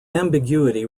ambiguity